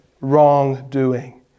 wrongdoing